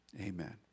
amen